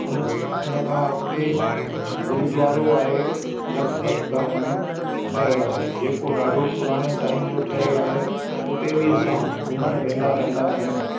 हुन हुनखां अॻिते गुरुद्वारो आहे लखपथ गांव में ठहियल आहे जे को ॾाढो पुराणे टाइम जो ठहियल आहे हुते बि असां घुमण वेंदा रहंदा आहियूं